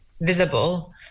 visible